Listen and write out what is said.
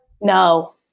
No